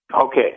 Okay